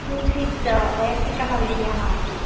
किञ्चित् वैयक्तिकः विषयः आसीत्